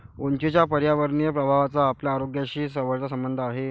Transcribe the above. उंचीच्या पर्यावरणीय प्रभावाचा आपल्या आरोग्याशी जवळचा संबंध आहे